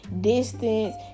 distance